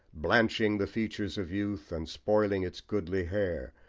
blanching the features of youth and spoiling its goodly hair,